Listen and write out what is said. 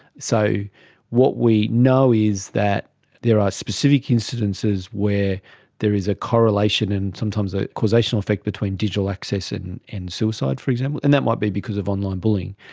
so what we know is that there are specific instances where there is a correlation and sometimes a causational effect between digital access and and suicide, for example, and that might be because of online bullying.